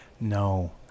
No